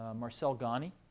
um marcel gani.